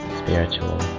spiritual